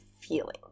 feeling